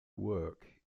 work